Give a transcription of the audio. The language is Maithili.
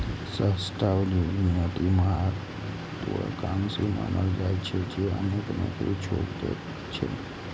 सहस्राब्दी उद्यमी अति महात्वाकांक्षी मानल जाइ छै, जे अनेक नौकरी छोड़ि दैत छै